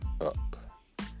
up